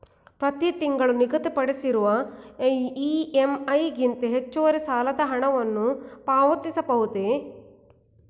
ಪ್ರತಿ ತಿಂಗಳು ನಿಗದಿಪಡಿಸಿರುವ ಇ.ಎಂ.ಐ ಗಿಂತ ಹೆಚ್ಚುವರಿ ಸಾಲದ ಹಣವನ್ನು ಪಾವತಿಸಬಹುದೇ?